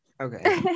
Okay